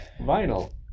Vinyl